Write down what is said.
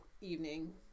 evening